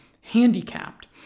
handicapped